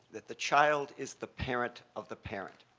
that the child is the parent of the parent.